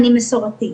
אני מסורתית,